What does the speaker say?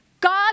God